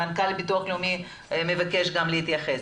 מנכ"ל ביטוח לאומי מבקש גם להתייחס.